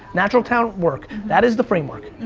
natural talent, work. that is the framework.